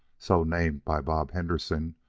so named by bob henderson,